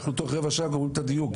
אנחנו תוך רבע שעה גומרים את הדיון.